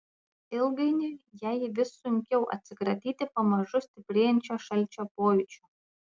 ilgainiui jai vis sunkiau atsikratyti pamažu stiprėjančio šalčio pojūčio